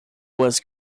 was